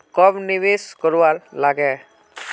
कब निवेश करवार लागे?